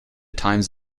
times